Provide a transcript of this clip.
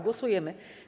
Głosujemy.